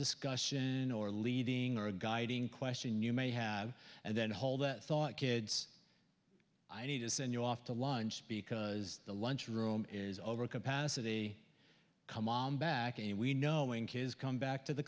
discussion or leading or guiding question you may have and then hold that thought kids i need to send you off to lunch because the lunch room is over capacity come on back and we knowing kids come back to the